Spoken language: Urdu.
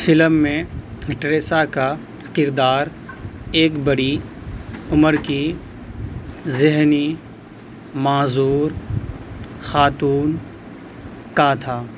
فلم میں لٹریسا کا کردار ایک بڑی عمر کی ذہنی معذور خاتون کا تھا